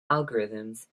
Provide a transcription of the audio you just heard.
algorithms